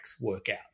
workout